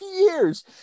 years